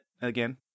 again